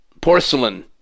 porcelain